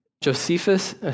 Josephus